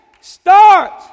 start